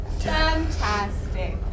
Fantastic